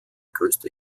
größte